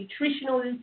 nutritional